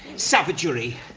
savagery,